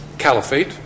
Caliphate